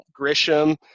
Grisham